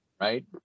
right